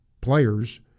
players